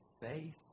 faith